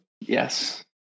Yes